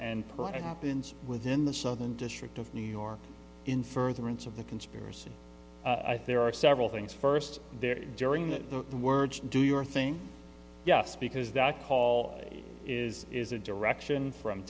perhaps within the southern district of new york in furtherance of the conspiracy there are several things first there during the words do your thing yes because that call is is a direction from